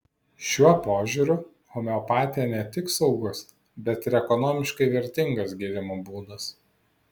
šiuo požiūriu homeopatija ne tik saugus bet ir ekonomiškai vertingas gydymo būdas